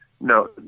no